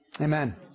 amen